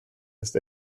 ist